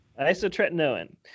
Isotretinoin